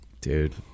Dude